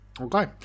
Okay